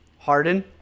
harden